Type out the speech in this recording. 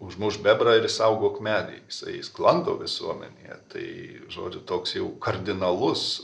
užmušk bebrą ir išsaugok medį jisai sklando visuomenėje tai žodžiu toks jau kardinalus